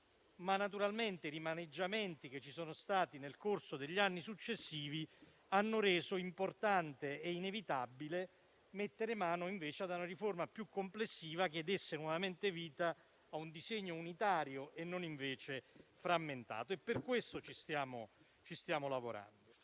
ma naturalmente i rimaneggiamenti che ci sono stati nel corso degli anni successivi hanno reso importante e inevitabile mettere mano a una riforma più complessiva, che desse nuovamente vita a un disegno unitario e non frammentato. Per questo stiamo lavorando.